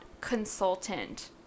consultant